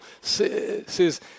says